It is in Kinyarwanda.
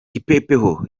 kipepeo